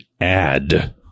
add